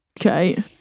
Okay